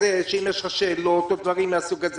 שאם יש לך שאלות או דברים מהסוג הזה